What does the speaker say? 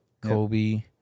Kobe